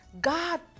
God